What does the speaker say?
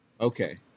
Okay